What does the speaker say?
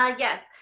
ah yes,